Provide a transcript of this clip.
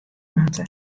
moatte